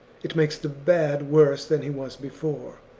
it makes the bad worse than he was before.